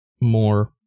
more